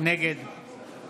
נגד